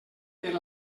per